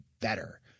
better